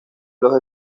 los